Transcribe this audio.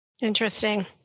Interesting